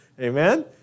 Amen